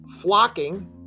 flocking